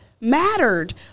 mattered